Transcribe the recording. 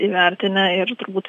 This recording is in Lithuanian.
įvertinę ir turbūt